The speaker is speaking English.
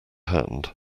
hand